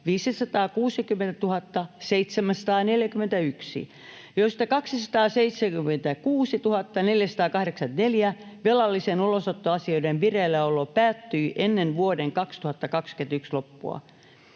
560 741, joista 276 484 velallisen ulosottoasioiden vireilläolo päättyi ennen vuoden 2021 loppua.